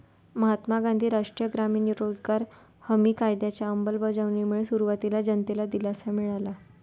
महात्मा गांधी राष्ट्रीय ग्रामीण रोजगार हमी कायद्याच्या अंमलबजावणीमुळे सुरुवातीला जनतेला दिलासा मिळाला